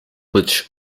which